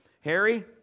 Harry